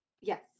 Yes